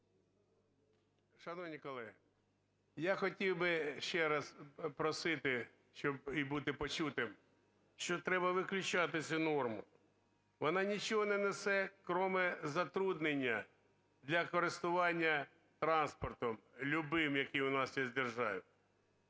Шановні колеги, я хотів би ще раз просити, щоб і бути почутим, що треба виключати цю норму, вона нічого не несе, кроме затруднення для користування транспортом, любим, який у нас є в державі.